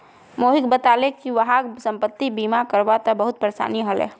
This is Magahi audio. मोहित बताले कि वहाक संपति बीमा करवा त बहुत परेशानी ह ले